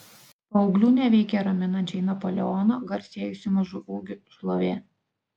paauglių neveikia raminančiai napoleono garsėjusio mažu ūgiu šlovė